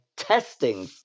testing